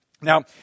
Now